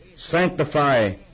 Sanctify